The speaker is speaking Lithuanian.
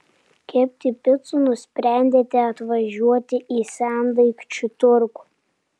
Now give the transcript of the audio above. kepti picų nusprendėte atvažiuoti į sendaikčių turgų